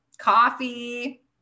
coffee